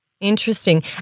Interesting